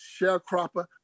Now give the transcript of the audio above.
sharecropper